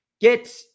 Get